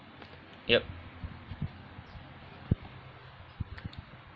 yup